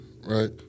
right